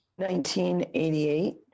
1988